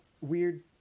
weird